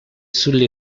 sulla